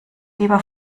lieber